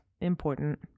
important